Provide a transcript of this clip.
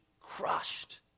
crushed